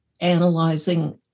analyzing